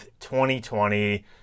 2020